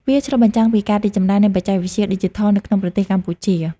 វាឆ្លុះបញ្ចាំងពីការរីកចម្រើននៃបច្ចេកវិទ្យាឌីជីថលនៅក្នុងប្រទេសកម្ពុជា។